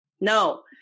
No